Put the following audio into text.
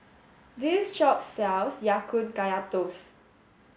this shop sells Ya Kun Kaya Toast